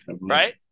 Right